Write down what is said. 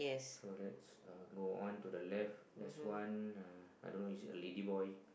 so let's uh go on to the left have one uh I don't know is it a ladyboy